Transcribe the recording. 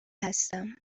هستم